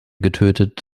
getötet